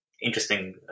interesting